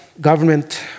government